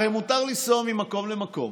הרי מותר לנסוע ממקום למקום.